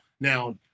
Now